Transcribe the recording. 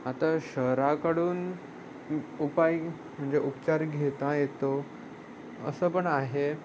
आता शहराकडून उपाय म्हणजे उपचार घेता येतो असं पण आहे